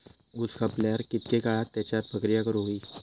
ऊस कापल्यार कितके काळात त्याच्यार प्रक्रिया करू होई?